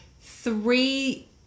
Three